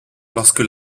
lorsque